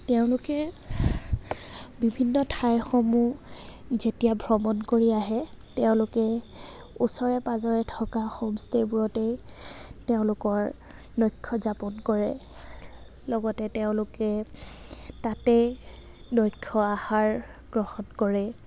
তেওঁলোকে বিভিন্ন ঠাইসমূহ যেতিয়া ভ্ৰমণ কৰি আহে তেওঁলোকে ওচৰে পাঁজৰে থকা হোমষ্টে'বোৰতেই তেওঁলোকৰ নক্ষযাপন কৰে লগতে তেওঁলোকে তাতে নক্ষ আহাৰ গ্ৰহণ কৰে